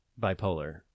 bipolar